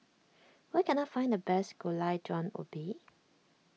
where can I find the best Gulai Daun Ubi